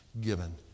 given